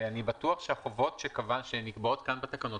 ואני בטוח שהחובות שנקבעות כאן בתקנות